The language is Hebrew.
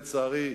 לצערי,